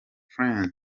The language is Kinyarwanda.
friends